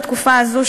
בתקופה הזאת,